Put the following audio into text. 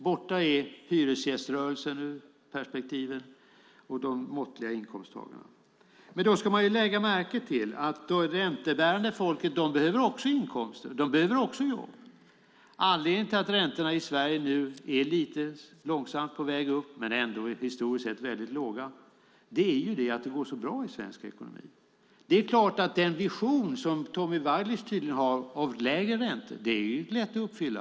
Borta är hyresgäströrelsens perspektiv och de måttliga inkomsttagarna. Då ska man lägga märke till att det räntebärande folket också behöver inkomster, också behöver jobb. Anledningen till att räntorna i Sverige långsamt är på väg upp, men historiskt sett ändå är mycket låga, är att det går bra för svensk ekonomi. Den vision som Tommy Waidelich tydligen har av lägre räntor är lätt att uppfylla.